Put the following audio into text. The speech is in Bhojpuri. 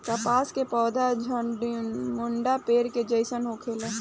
कपास के पौधा झण्डीनुमा पेड़ के जइसन होखेला